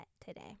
today